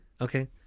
Okay